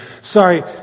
Sorry